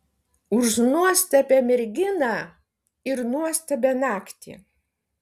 už nuostabią merginą ir nuostabią naktį